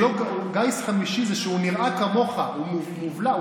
גיס חמישי זה שהוא נראה כמוך, הוא מובלע.